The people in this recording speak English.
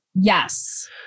Yes